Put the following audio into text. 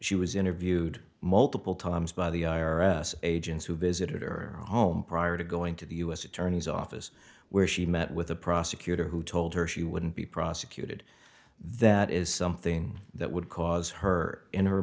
she was interviewed multiple times by the i r s agents who visited her home prior to going to the u s attorney's office where she met with the prosecutor who told her she wouldn't be prosecuted that is something that would cause her in her